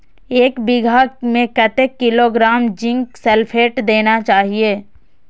एक बिघा में कतेक किलोग्राम जिंक सल्फेट देना चाही?